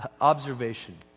observation